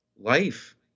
life